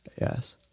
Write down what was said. Yes